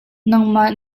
nangmah